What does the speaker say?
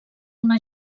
una